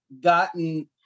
gotten